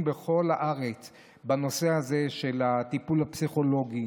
בכל הארץ בנושא הזה של הטיפול הפסיכולוגי